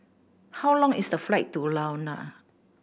how long is the flight to Luanda